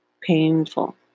painful